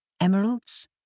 emeralds